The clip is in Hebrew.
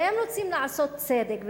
והם רוצים לעשות צדק,